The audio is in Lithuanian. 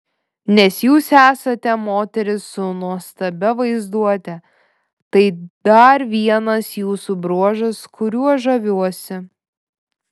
nes jūs esate moteris su nuostabia vaizduote tai dar vienas jūsų bruožas kuriuo žaviuosi